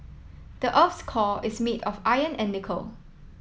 the earth's core is made of iron and nickel